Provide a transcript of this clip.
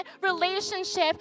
relationship